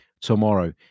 tomorrow